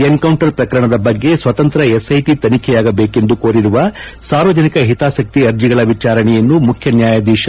encounter ಪ್ರಕರಣದ ಬಗ್ಗೆ ಸ್ತಂತ್ರ ಎಸ್ಐಟಿ ತನಿಖೆಯಾಗಬೇಕೆಂದು ಕೋರಿರುವ ಸಾರ್ವಜನಿಕ ಹಿತಾಸಕ್ಕೆ ಅರ್ಜಿಗಳ ವಿಚಾರಣೆಯನ್ನು ಮುಖ್ಯ ನ್ಯಾಯಾಧೀಶ ಎಸ್